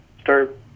start